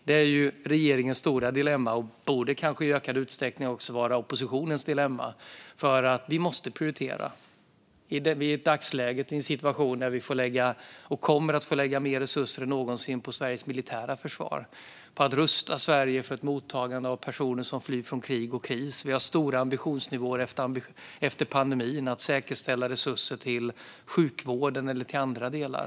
Det är regeringens stora dilemma och borde kanske i ökad utsträckning också vara oppositionens dilemma, för vi måste ju prioritera i ett dagsläge och en situation där vi får, och kommer att få, lägga mer resurser än någonsin på Sveriges militära försvar och på att rusta Sverige för ett mottagande av personer som flyr från krig och kris. Efter pandemin har vi också höga ambitionsnivåer när det gäller att säkerställa resurser till sjukvården och andra delar.